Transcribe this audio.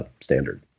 standard